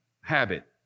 habit